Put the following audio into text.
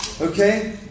Okay